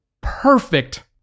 perfect